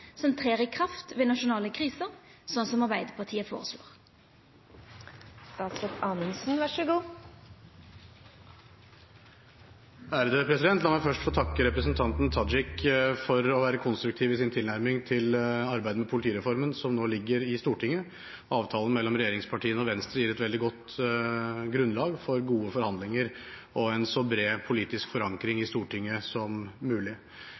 som trer i kraft ved nasjonale kriser, som Arbeidarpartiet foreslår? La meg først få takke representanten Tajik for å være konstruktiv i sin tilnærming til arbeidet med politireformen, som nå ligger i Stortinget. Avtalen mellom regjeringspartiene og Venstre gir et veldig godt grunnlag for gode forhandlinger og en så bred politisk forankring i Stortinget som mulig.